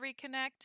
reconnect